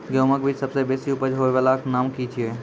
गेहूँमक बीज सबसे बेसी उपज होय वालाक नाम की छियै?